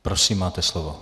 Prosím, máte slovo.